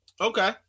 Okay